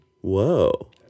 Whoa